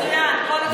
מצוין, כל הכבוד.